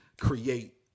create